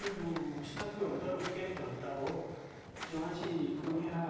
Inuu naxkueo ndono njendon taó yuanchi kunenja